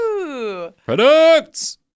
products